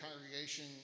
congregation